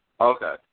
Okay